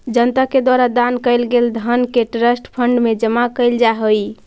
जनता के द्वारा दान कैल गेल धन के ट्रस्ट फंड में जमा कैल जा हई